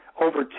over